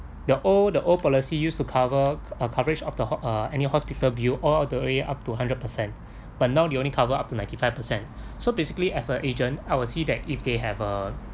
the old the old policy used to cover uh coverage of the ho~ uh any hospital bill all the way up to hundred percent but now they only cover up to ninety five percent so basically as an agent I would see that if they have a